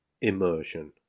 immersion